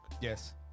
yes